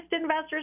investors